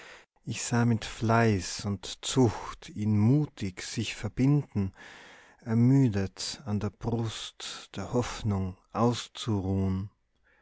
ich sah mit fleiß und zucht ihn mutig sich verbinden ermüdet an der brust der hoffnung auszuruhn